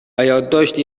یادداشتی